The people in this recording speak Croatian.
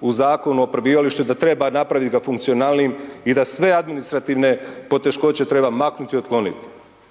u Zakonu o prebivalištu i da treba napraviti ih funkcionalnijim i da sve administrativne poteškoće treba maknuti i otkloniti,